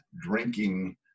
drinking